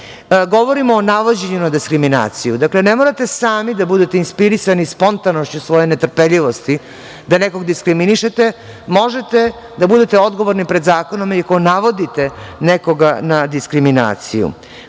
o navođenju na diskriminaciju. Ne morate sami da bude inspirisani spontanošću svoje netrpeljivosti da nekoga diskriminišete. Možete da bude odgovorni pred zakonom iako navodite nekoga na diskriminaciju.